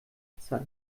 echtzeit